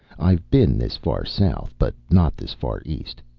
i've been this far south, but not this far east.